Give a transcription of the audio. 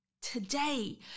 Today